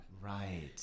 right